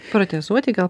protezuoti gal